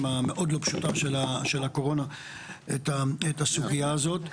המאוד לא פשוטה של הקורונה את הסוגייה הזאת.